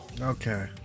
Okay